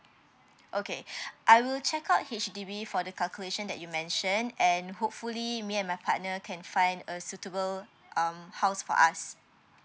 okay I will check out H_D_B for the calculation that you mentioned and hopefully me and my partner can find a suitable um house for us